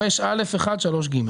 5א1(3)(ג).